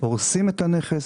והורסים את הנכס,